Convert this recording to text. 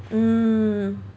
mm